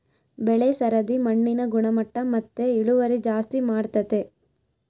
ಬೆಳೆ ಸರದಿ ಮಣ್ಣಿನ ಗುಣಮಟ್ಟ ಮತ್ತೆ ಇಳುವರಿ ಜಾಸ್ತಿ ಮಾಡ್ತತೆ